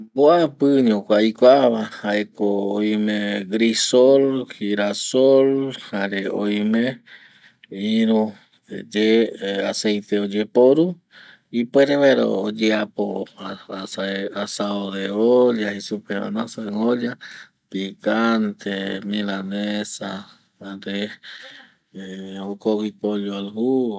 Mbuapi ño ko aikua jae ko grisol, girasol jaere oime iru ye aceite oyeiporu ipuere vaera oyeapo picante, milanesa, asao en olla jokogüi pollo al jugo